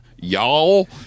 y'all